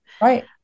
Right